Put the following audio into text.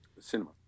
Cinema